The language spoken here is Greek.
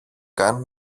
καν